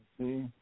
See